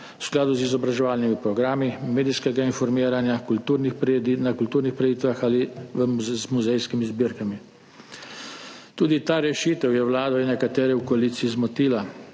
v skladu z izobraževalnimi programi, medijskega informiranja, na kulturnih prireditvah ali v muzejskih zbirkah. Tudi ta rešitev je Vlado in nekatere v koaliciji zmotila.